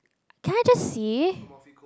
can I just see